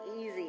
easy